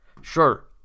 Sure